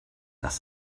das